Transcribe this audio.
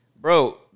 bro